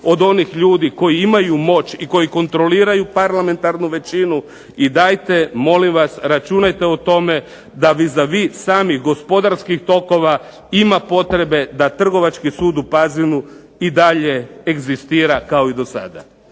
od onih ljudi koji imaju moć i koji kontroliraju parlamentarnu većinu i dajte molim vas računajte o tome da vis a vis samih gospodarskih tokova ima potrebe da Trgovački sud u Pazinu i dalje egzistira kao i do sada.